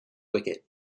wicket